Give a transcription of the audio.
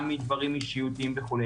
גם מדברים אישיותיים וכו',